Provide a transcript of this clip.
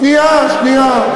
שנייה.